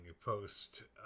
post